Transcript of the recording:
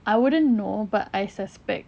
I wouldn't know but I suspect